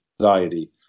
anxiety